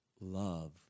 Love